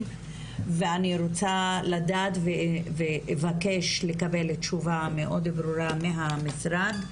ואני רוצה לדעת ולבקש לקבל תשובה מאוד ברורה מהמשרד,